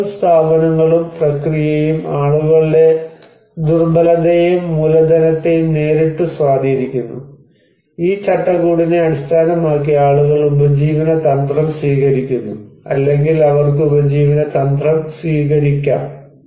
നയങ്ങളും സ്ഥാപനങ്ങളും പ്രക്രിയയും ആളുകളുടെ ദുർബലതയെയും മൂലധനത്തെയും നേരിട്ട് സ്വാധീനിക്കുന്നു ഈ ചട്ടക്കൂടിനെ അടിസ്ഥാനമാക്കി ആളുകൾ ഉപജീവന തന്ത്രം സ്വീകരിക്കുന്നു അല്ലെങ്കിൽ അവർക്ക് ഉപജീവന തന്ത്രം സ്വീകരിക്കാം